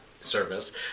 service